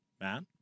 Matt